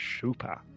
Super